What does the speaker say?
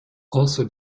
also